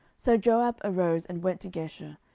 so joab arose and went to geshur,